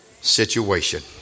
situation